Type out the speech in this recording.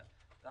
אבל